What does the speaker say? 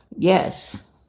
Yes